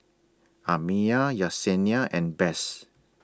Amiya Yessenia and Bess